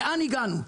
לאן הגענו?